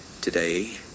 today